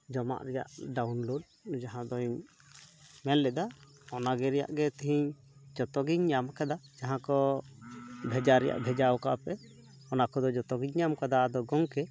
ᱡᱚᱢᱟᱜ ᱨᱮᱭᱟᱜ ᱰᱟᱣᱩᱱᱞᱳᱰ ᱡᱟᱦᱟᱸ ᱫᱩᱧ ᱢᱮᱱᱞᱮᱫᱟ ᱚᱱᱟ ᱜᱮ ᱨᱮᱭᱟᱜ ᱜᱮ ᱛᱤᱦᱤᱧ ᱡᱚᱛᱚᱜᱤᱧ ᱧᱟᱢ ᱟᱠᱟᱫᱟ ᱡᱟᱦᱟᱸ ᱠᱚ ᱵᱷᱮᱡᱟ ᱨᱮᱭᱟᱜ ᱵᱷᱮᱡᱟᱣ ᱠᱟᱜᱼᱟ ᱯᱮ ᱚᱱᱟ ᱠᱚᱫᱚ ᱡᱚᱛᱚᱜᱤᱧ ᱧᱟᱢ ᱠᱟᱫᱟ ᱟᱫᱚ ᱜᱚᱢᱠᱮ